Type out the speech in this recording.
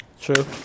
True